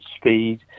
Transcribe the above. speed